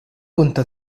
كنت